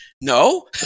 No